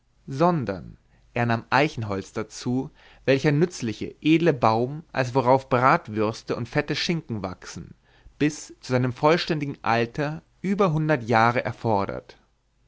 sondern er nahm eichenholz darzu welcher nützliche edle baum als worauf bratwürste und fette schunken wachsen bis zu seinem vollständigen alter über hundert jahre erfodert